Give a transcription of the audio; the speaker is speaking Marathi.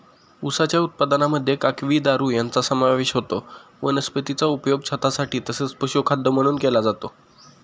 उसाच्या उत्पादनामध्ये काकवी, दारू यांचा समावेश होतो वनस्पतीचा उपयोग छतासाठी तसेच पशुखाद्य म्हणून केला जातो